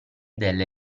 delle